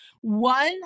one